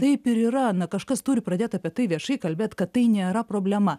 taip ir yra kažkas turi pradėt apie tai viešai kalbėt kad tai nėra problema